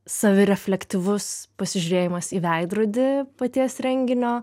savirefleksyvus pasižiūrėjimas į veidrodį paties renginio